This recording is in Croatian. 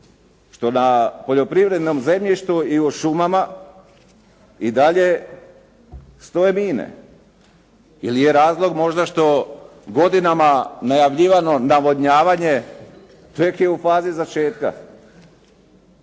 Što na poljoprivrednom zemljištu i u šumama i dalje stoje mine. Ili je razlog možda što godinama najavljivano navodnjavanje, tek je u fazi začetka.